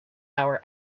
our